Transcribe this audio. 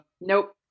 Nope